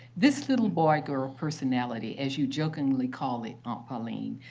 this little boy-girl personality, as you jokingly call it, aunt pauline,